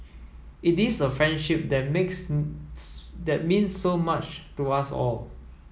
it is a friendship that makes that means so much to us all